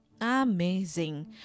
amazing